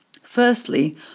Firstly